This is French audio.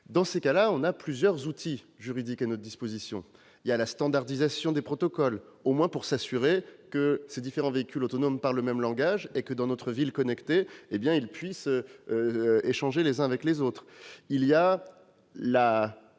Dans un tel cas, nous avons plusieurs outils juridiques à notre disposition. Il y a, tout d'abord, la standardisation des protocoles, qui vise au moins à s'assurer que les différents véhicules autonomes parlent le même langage et que, dans notre ville connectée, ils puissent échanger les uns avec les autres.